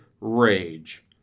rage